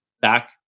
Back